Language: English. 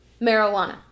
marijuana